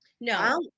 No